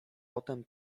potem